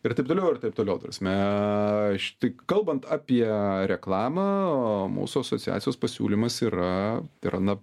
ir taip toliau ir taip toliau ta prasme aš tik kalbant apie reklamą mūsų asociacijos pasiūlymas yra tai yra na